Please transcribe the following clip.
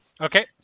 Okay